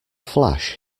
flash